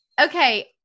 Okay